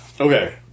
Okay